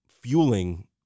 fueling